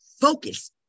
Focus